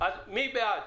מי בעד?